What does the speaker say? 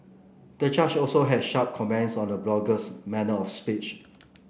the judge also had sharp comments on the blogger's manner of speech